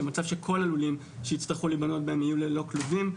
במצב שכול הלולים שהצטרכו לבלות בהם יהיו ללא כלובים.